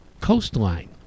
coastline